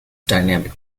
dynamic